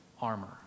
armor